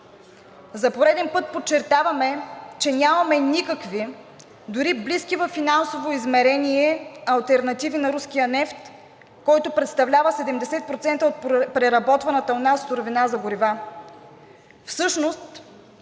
За пореден път подчертаваме, че нямаме никакви, дори близки във финансово измерение, алтернативи на руския нефт, който представлява 70% от преработваната у нас суровина за горива.